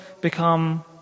become